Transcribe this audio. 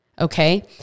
Okay